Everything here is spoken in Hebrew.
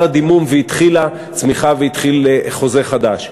הדימום והתחילה צמיחה והתחיל חוזה חדש.